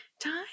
Time